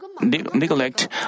neglect